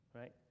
right